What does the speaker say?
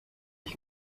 ich